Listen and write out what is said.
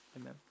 amen